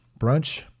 Brunch